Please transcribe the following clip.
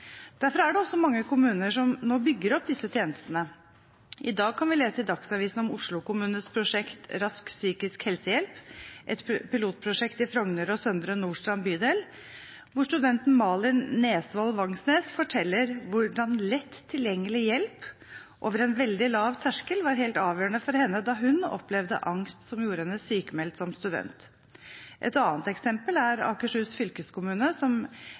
Derfor er det også mange kommuner som nå bygger opp disse tjenestene. I dag kan vi i Dagsavisen lese om Oslo kommunes prosjekt Rask psykisk helsehjelp, et pilotprosjekt i bydelene Frogner og Søndre Nordstrand, hvor studenten Malin Nesvoll Vangsnes forteller hvordan lett tilgjengelig hjelp via et lavterskeltilbud var helt avgjørende for henne da hun som student opplevde angst som gjorde henne sykmeldt. Et annet eksempel er Akershus fylkeskommune – som